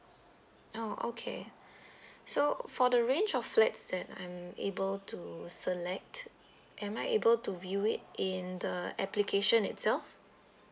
oh okay so for the range of flats that I am able to select am I able to view it in the application itself